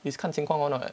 is 看情况 [one] [what]